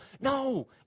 No